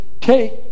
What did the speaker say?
Take